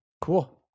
Cool